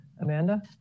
Amanda